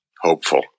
hopeful